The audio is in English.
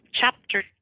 Chapter